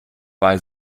bei